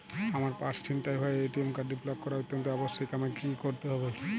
আমার পার্স ছিনতাই হওয়ায় এ.টি.এম কার্ডটি ব্লক করা অত্যন্ত আবশ্যিক আমায় কী কী করতে হবে?